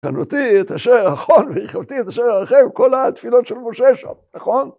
"וחנותי את אשר אחון וריחמתי את אשר ארחם", ‫כל התפילות של משה שם, נכון?